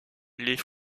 les